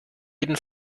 jeden